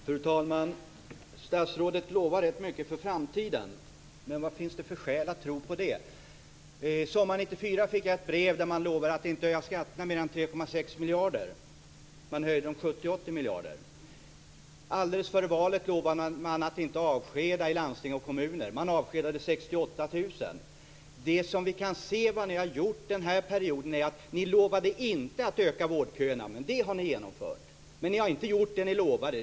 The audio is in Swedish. Fru talman! Statsrådet lovar rätt mycket för framtiden. Men vad finns det för skäl att tro på det? Sommaren 1994 fick jag ett brev där man lovade att inte höja skatterna mer än 3,6 miljarder. Man höjde dem 70-80 miljarder. Alldeles före valet lovade man att inte avskeda i landsting och kommuner. Man avskedade 68 000. Vad ni har gjort den här perioden, som ni inte lovade att göra, är att öka vårdköerna. Det har ni genomfört. Men ni har inte gjort det ni lovade.